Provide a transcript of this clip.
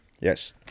Yes